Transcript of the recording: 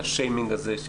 של השיימינג הזה,